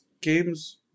games